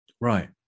right